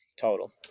Total